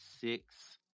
six